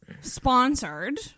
sponsored